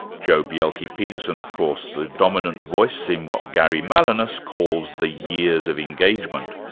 joh bjelke-petersen of course, the dominant voice in what gary malinas calls the years of engagement.